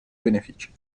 benefici